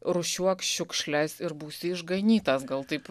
rūšiuok šiukšles ir būsi išganytas gal taip